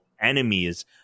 Enemies